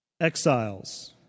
Exiles